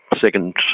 second